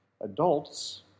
adults